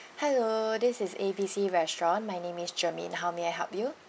hello this is A B C restaurant my name is germaine how may I help you